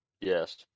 Yes